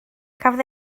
cafodd